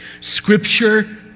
Scripture